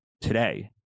today